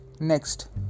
Next